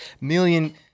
million